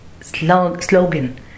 slogan